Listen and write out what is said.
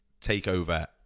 takeover